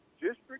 District